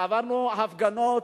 עברנו הפגנות